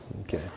Okay